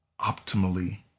optimally